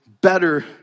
better